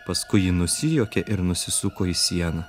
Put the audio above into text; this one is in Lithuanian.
paskui ji nusijuokė ir nusisuko į sieną